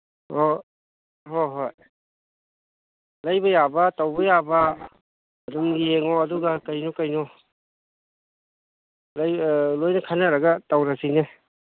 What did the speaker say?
ꯑꯣ ꯍꯣꯏ ꯍꯣꯏ ꯂꯩꯕ ꯌꯥꯕ ꯇꯧꯕ ꯌꯥꯕ ꯑꯗꯨꯝ ꯌꯦꯡꯉꯣ ꯑꯗꯨꯒ ꯀꯩꯅꯣ ꯀꯩꯅꯣ ꯂꯣꯏꯅ ꯈꯟꯅꯔꯒ ꯇꯧꯔꯁꯤꯅꯦ